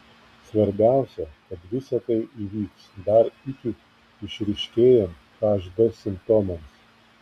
svarbiausia kad visa tai įvyks dar iki išryškėjant hd simptomams